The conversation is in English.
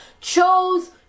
chose